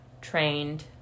trained